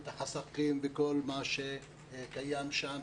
את החסכים וכל מה שקיים שם,